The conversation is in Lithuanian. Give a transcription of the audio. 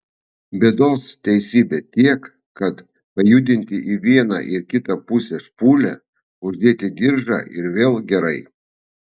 bėdos teisybė tiek kad pajudinti į vieną ir kitą pusę špūlę uždėti diržą ir vėl gerai